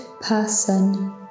person